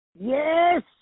Yes